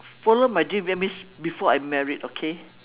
follow my dream that means before I married okay